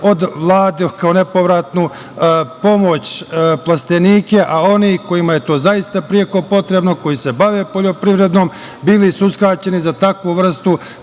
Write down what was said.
od Vlade kao nepovratnu pomoć plastenike, a oni kojima je to zaista preko potrebno, koji se bave poljoprivredom bili su uskraćeni za takvu vrstu